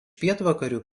pietvakarių